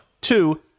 Two